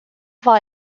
war